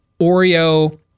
Oreo